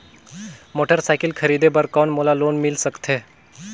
Motorcycle खरीदे बर कौन मोला लोन मिल सकथे?